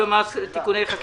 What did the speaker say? (מס' 256) (הטבות מס ליישוב עירוני מעורב),